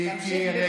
תמשיך, בבקשה.